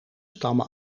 stammen